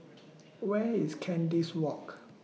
Where IS Kandis Walk